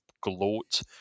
gloat